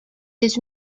his